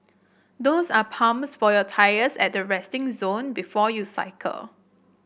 those are pumps for your tyres at the resting zone before you cycle